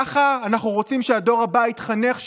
ככה אנחנו רוצים שהדור הבא יתחנך,